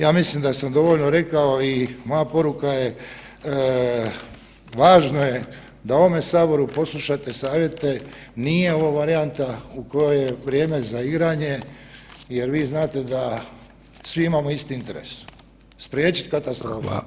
Ja mislim da sam dovoljno rekao i moja poruka je da u ovome saboru poslušate savjete, nije ovo varijanta u kojoj je vrijeme za igranje jer vi znate da svi imamo isti interes, spriječit katastrofu.